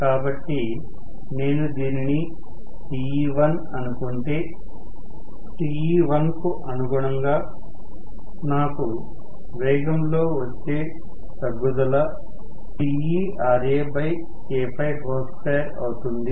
కాబట్టి నేను దీనిని Te1 అనుకుంటే Te1 కు అనుగుణంగా నాకు వేగంలో వచ్చే తగ్గుదల TeRaK2 అవుతుంది